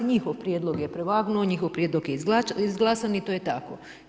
Njihov prijedlog je prevagnuo, njihov prijedlog je izglasan i to je tako.